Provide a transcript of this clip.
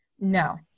no